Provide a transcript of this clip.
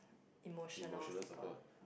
emotional support